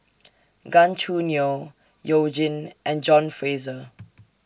Gan Choo Neo YOU Jin and John Fraser